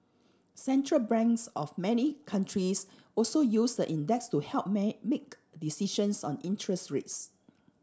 central branks of many countries also use the index to help may make decisions on interest rates